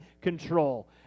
control